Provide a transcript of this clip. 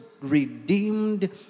redeemed